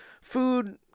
Food